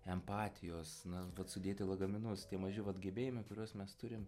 empatijos na vat sudėti lagaminus tie maži vat gebėjimai kuriuos mes turim